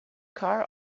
car